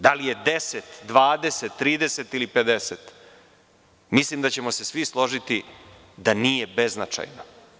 Da li je 10, 20, 30 ili 50, mislim da ćemo se svi složiti da nije beznačajno.